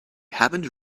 haven’t